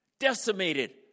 Decimated